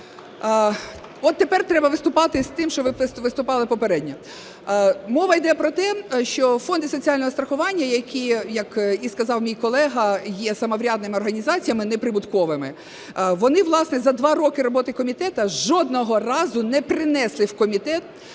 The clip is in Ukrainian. От тепер треба виступати з тим, що ви виступали попередньо. Мова йде про те, що фонди соціального страхування, які, як і сказав мій колега, є самоврядними організаціями, неприбутковими. Вони, власне, за два роки роботи комітету жодного разу не принесли в комітет